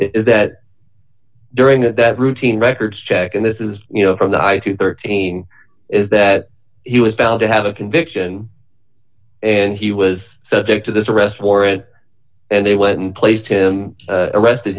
that during that that routine records check and this is you know from the i think thirteen is that he was found to have a conviction and he was subject to this arrest warrant and they went and placed him arrested